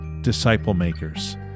disciple-makers